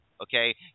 okay